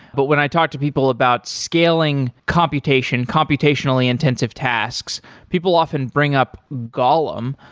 but when i talk to people about scaling computation, computationally-intensive tasks, people often bring up golem.